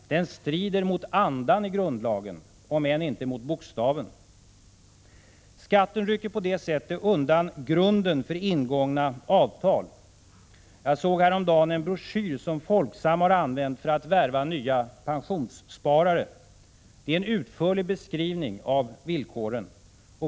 Den strider mot andan i grundlagen, om än inte mot bokstaven. Skatten rycker på det sättet undan grunden för ingångna avtal. Jag såg häromdagen en broschyr som Folksam använt för att värva nya pensionssparare. Det är en utförlig beskrivning av villkoren.